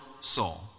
soul